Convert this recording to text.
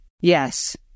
Yes